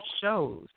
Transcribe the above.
shows